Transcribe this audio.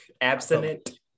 Abstinent